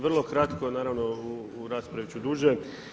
Vrlo kratko, naravno, u raspravi ću duže.